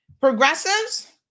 progressives